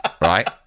Right